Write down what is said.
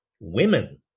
women